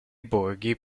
borghi